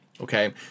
Okay